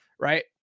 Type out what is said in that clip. right